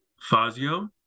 Fazio